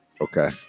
Okay